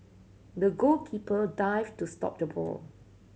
the goalkeeper dived to stop the ball